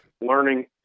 learning